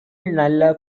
நல்ல